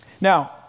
Now